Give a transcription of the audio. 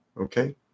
Okay